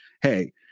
hey